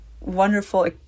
wonderful